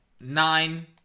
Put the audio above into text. Nine